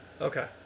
Okay